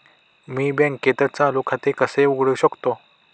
मी बँकेत चालू खाते कसे उघडू शकतो?